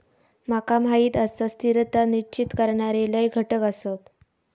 माका माहीत आसा, स्थिरता निश्चित करणारे लय घटक आसत